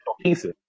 pieces